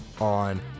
on